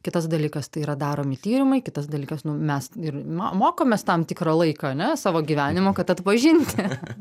kitas dalykas tai yra daromi tyrimai kitas dalykas nu mes ir ma mokomės tam tikrą laiką ane savo gyvenimo kad atpažinti